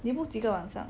你 book 几个晚上